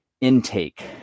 intake